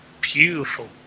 beautiful